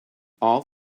all